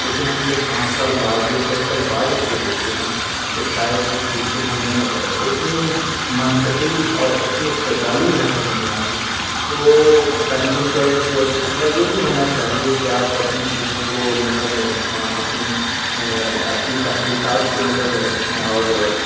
لیکن ہم جب پانچ سال بعد یا دس سال بعد اسے دیکھتے ہیں تو شاید وہ چیزیں ہمیں اتنى منطقی اور اتنی استدلالی نظر نہیں آتیں تو ترمیم کا ایک سلسلہ یہ بھی ہونا چاہیے کہ آپ اپنی چیزوں کو نظر میں رکھیں آپ اپنی اپنی تخلیقات کو نظر میں رکھیں اور